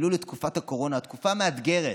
ולו לתקופת הקורונה, התקופה המאתגרת